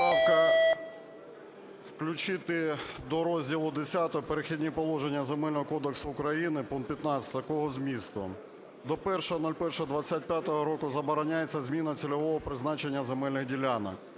Правка: включити до Розділу Х "Перехідні положення" Земельного кодексу України пункт 15 такого змісту: "До 01.01.2025 року забороняється зміна цільового призначення земельних ділянок,